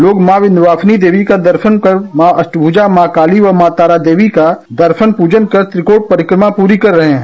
लोग माँ विंध्यवासिनो देवी का दर्शन कर माँ अष्टभुजा माँ काली व माँ तारा देवी का दर्शन पूजन कर त्रिकोण परिक्रमा पूरी कर रहे है